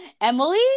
Emily